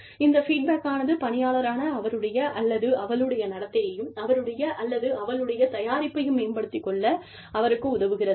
இந்த ஃபீட்பேக் ஆனது பணியாளரான அவருடைய அல்லது அவளுடைய நடத்தையையும் அவருடைய அல்லது அவளுடைய தயாரிப்பையும் மேம்படுத்திக் கொள்ள அவருக்கு உதவுகிறது